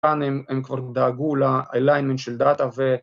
כאן הם כבר דאגו ל-alignment של דאטה ו...